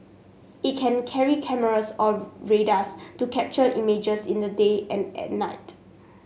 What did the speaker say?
it can carry cameras or radars to capture images in the daytime and at night